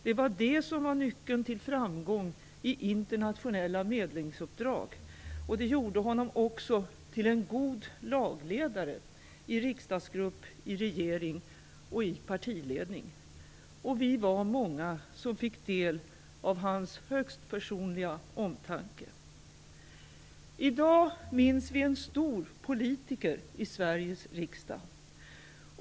Det var det som var nyckeln till framgång i internationella medlingsuppdrag, och det gjorde honom också till en god lagledare i riksdagsgrupp, i regering och i partiledning. Vi var många som fick del av hans högst personliga omtanke. I dag minns vi en stor politiker i Sveriges riksdag.